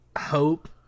hope